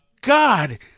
God